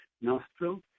nostril